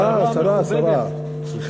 אה, שרה, סליחה.